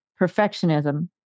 perfectionism